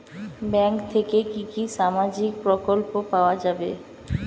Bank থেকে কি কি সামাজিক প্রকল্প পাওয়া যাবে?